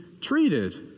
treated